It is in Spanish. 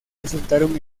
resultaron